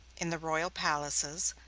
in the royal palaces,